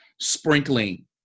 sprinkling